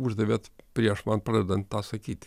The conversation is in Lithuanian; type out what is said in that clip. uždavėt prieš man pradedant tą sakyti